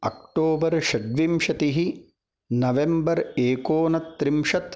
October षड्विंशतिः November एकोनत्रिंशत्